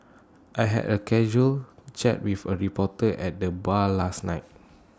I had A casual chat with A reporter at the bar last night